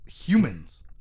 humans